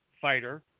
fighter